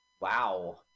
Wow